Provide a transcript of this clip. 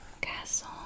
castle